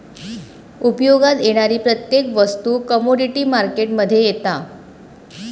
उपयोगात येणारी प्रत्येक वस्तू कमोडीटी मार्केट मध्ये येता